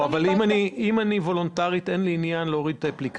אבל אם זה וולונטרי אז אין לי עניין להוריד את האפליקציה,